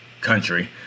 country